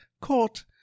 caught